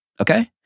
Okay